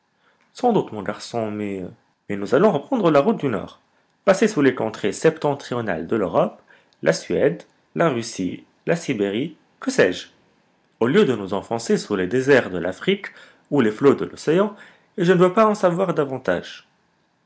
sans doute mon garçon mais mais nous allons reprendre la route du nord passer sous les contrées septentrionales de l'europe la suède la russie la sibérie que sais-je au lieu de nous enfoncer sous les déserts de l'afrique ou les flots de l'océan et je ne veux pas en savoir davantage